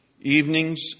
evenings